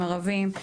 ערבים.